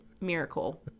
miracle